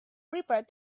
prepared